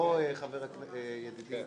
בוא ידידי,